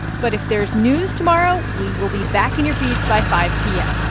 but if there's news tomorrow, we will be back in your feeds by five p m.